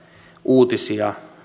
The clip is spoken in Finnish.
uutisia